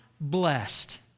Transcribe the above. blessed